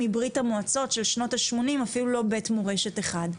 השמונים מברית המועצות אין אפילו בית מורשת אחד.